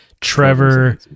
Trevor